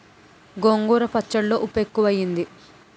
గోంగూర పచ్చళ్ళో ఉప్పు ఎక్కువైంది